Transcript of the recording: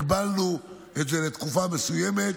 הגבלנו את זה לתקופה מסוימת,